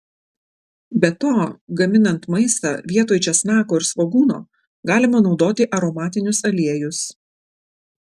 be to gaminant maistą vietoj česnako ir svogūno galima naudoti aromatinius aliejus